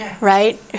right